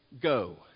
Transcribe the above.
Go